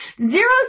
Zero